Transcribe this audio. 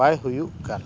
ᱵᱟᱭ ᱦᱩᱭᱩᱜ ᱠᱟᱱ